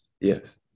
Yes